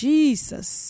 Jesus